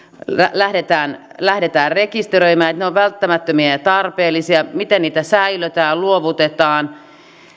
lähdetään lähdetään rekisteröimään ja mitkä ovat välttämättömiä ja tarpeellisia miten niitä säilötään ja luovutetaan